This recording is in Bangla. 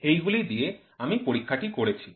এগুলো দিয়ে আমি পরীক্ষাটি করেছি